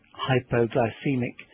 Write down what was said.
hypoglycemic